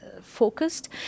focused